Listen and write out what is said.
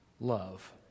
love